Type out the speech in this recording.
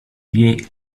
jej